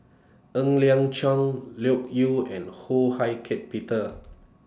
Ng Liang Chiang Loke Yew and Ho Hak Ean Peter